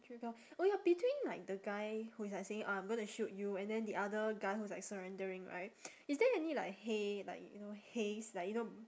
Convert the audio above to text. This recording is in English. oh ya between like the guy who is like saying oh I'm gonna shoot you and then the other guy who is like surrendering right is there any like hay like you know hays like you know